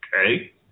okay